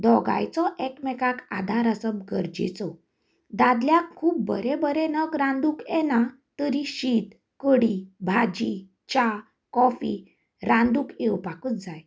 दोगांयचो एकामेकांक आदार आसप गरजेचो दादल्याक खूब बरें बरें नग रांदूंक येना तरी शीत कडी भाजी च्या कॉफी रांदूंक येवपाकच जाय